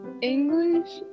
english